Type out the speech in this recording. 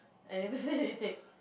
I never say anything